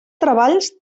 treballs